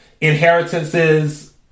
inheritances